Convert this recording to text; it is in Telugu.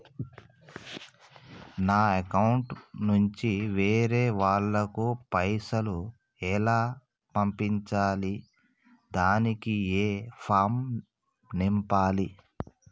నా అకౌంట్ నుంచి వేరే వాళ్ళకు పైసలు ఎలా పంపియ్యాలి దానికి ఏ ఫామ్ నింపాలి?